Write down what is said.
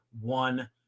one